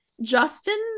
Justin